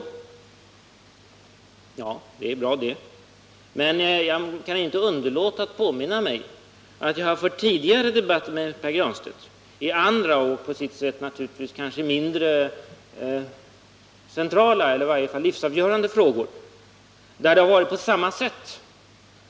Ja, det är bra det. Men jag kan inte undgå att påminna mig att jag har fört debatter tidigare, i andra och på sitt sätt kanske mindre centrala eller livsavgörande frågor, där det varit på samma sätt.